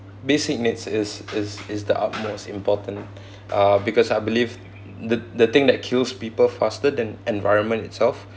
basic needs is is is the utmost important uh because I believe the the thing that kills people faster than environment itself